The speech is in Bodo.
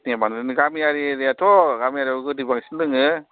सिनिया बांद्रायदों गामियारि एरिया थ' गामियारियाव गोदै बांसिन लोङो